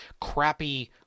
crappy